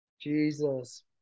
Jesus